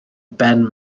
ben